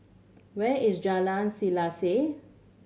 where is Jalan Selaseh